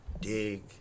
dig